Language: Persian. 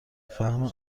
فهم